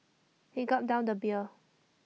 he gulped down the beer